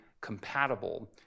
compatible